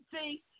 See